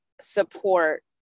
support